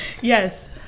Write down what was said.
yes